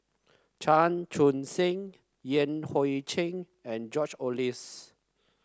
Chan Chun Sing Yan Hui Chen and George Oehlers